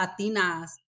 Latinas